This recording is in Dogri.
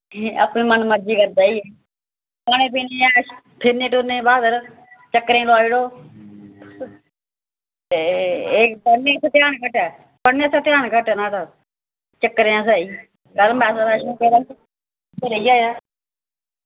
अपनीं मन मर्जी करदा ई खाने पीने दी ऐश एह् फिरनें टुरनें गी ब्हादर ऐ चक्करें गी दोड़ी लो ते पढ़नें आस्तै ध्यान घट्ट ऐ पढ़नें आस्सै ध्यान घट्ट ऐ न्हाड़ा चक्करैं आस्तै ही माता बैष्णों रेही आया